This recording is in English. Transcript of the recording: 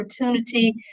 opportunity